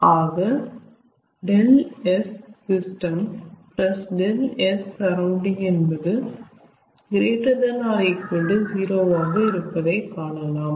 ஆக ∆S system ∆S surrounding என்பது ≥0 ஆக இருப்பதை காணலாம்